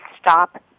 stop